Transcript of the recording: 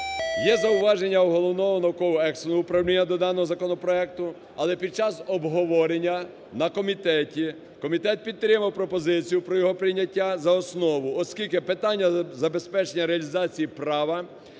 Є зауваження у Головного науково-експертного управління до даного законопроекту, але під час обговорення на комітеті комітет підтримав пропозицію про його прийняття за основу, оскільки питання забезпечення реалізації права